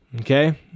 Okay